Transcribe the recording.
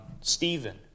Stephen